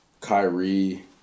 Kyrie